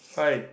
hi